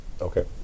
okay